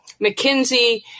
McKinsey